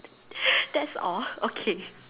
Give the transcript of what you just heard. that's all okay